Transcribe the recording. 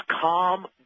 Calm